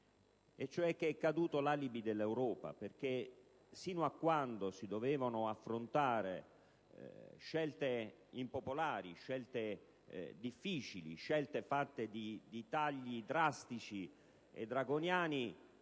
fatto che è caduto l'alibi dell'Europa. Infatti, fino a quando si dovevano affrontare scelte impopolari e difficili, effettuando tagli drastici e draconiani,